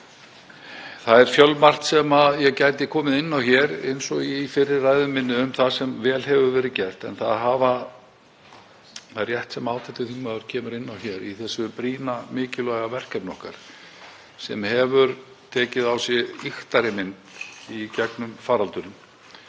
Það er fjölmargt sem ég gæti komið inn á, eins og í fyrri ræðu minni, um það sem vel hefur verið gert. En það er rétt sem hv. þingmaður kemur inn á í þessu brýna mikilvæga verkefni okkar, sem hefur tekið á sig ýktari mynd í gegnum faraldurinn,